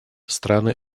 страны